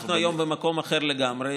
אנחנו היום במקום אחר לגמרי,